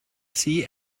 see